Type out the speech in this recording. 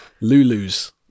lulu's